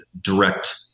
direct